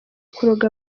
kuroga